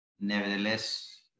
Nevertheless